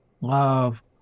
love